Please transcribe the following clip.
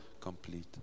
complete